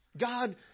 God